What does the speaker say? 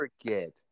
forget